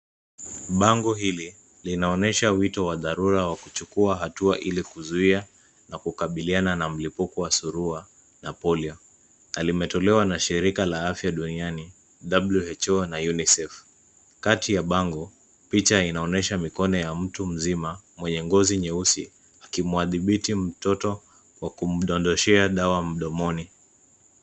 Bango hili linaonyesha wito wa dharura wa kuchukua hatua ili kuzuia na kukabiliana na mlipuko wa surua na polio na limetolewa na shirika la afya duniani WHO na unicef. Kati ya bango picha inaonyeshana mikono ya mtu mzima, mwenye ngozi nyeusi akimdhibiti mtoto kwa kumdodeshea dawa mdomoni.